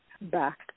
back